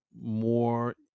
more